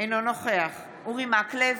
אינו נוכח אורי מקלב,